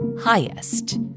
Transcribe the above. highest